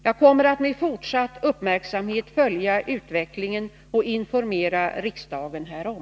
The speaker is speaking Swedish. Jag kommer att med fortsatt uppmärksamhet följa utvecklingen och informera riksdagen härom.